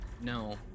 no